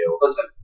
Listen